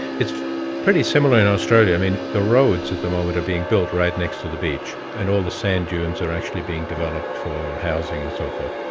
it's pretty similar in australia, i mean the roads at the moment are being built right next to the beach, and all the sand dunes are actually being developed for housing and so forth.